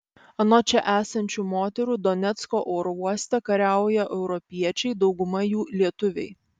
anot čia esančių moterų donecko oro uoste kariauja europiečiai dauguma jų lietuviai